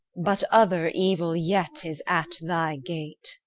but other evil yet is at thy gate.